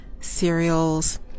cereals